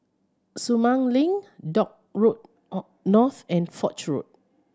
Sumang Link Dock Road North and Foch Road